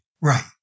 Right